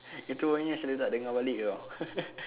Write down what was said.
itu nasib baik dia tak dengar balik [tau]